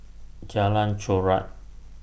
Jalan Chorak